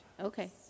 Okay